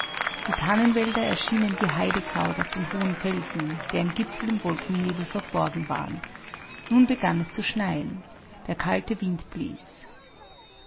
die tannenwälder erschienen wie haidekraut auf den hohen felsen deren gipfel im wolkennebel verborgen waren nun begann es zu schneien der kalte wind blies